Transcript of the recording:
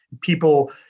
people